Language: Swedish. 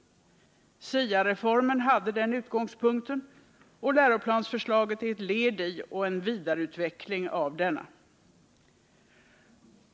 SIA-reformen hade den utgångspunkten, och läroplansförslaget är ett led i och en vidareutveckling av denna.